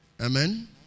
Amen